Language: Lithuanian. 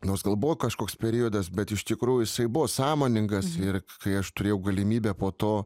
nors gal buvo kažkoks periodas bet iš tikrųjų jisai buvo sąmoningas ir kai aš turėjau galimybę po to